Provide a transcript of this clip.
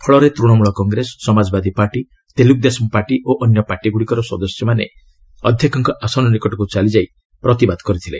ଫଳରେ Trinamool Congress Samajwadi party Telugu Desam party ଓ ଅନ୍ୟପାର୍ଟି ଗ୍ରଡ଼ିକର ସଦସ୍ୟମହନେ ଅଧ୍ୟକ୍ଷଙ୍କ ଆସନ ନିକଟକୁ ଚାଲିଯାଇ ପ୍ରତିବାଦ କରିଥିଲେ